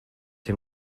him